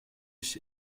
się